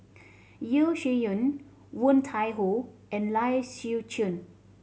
Yeo Shih Yun Woon Tai Ho and Lai Siu Chiu